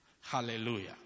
Hallelujah